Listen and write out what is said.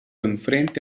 enfrente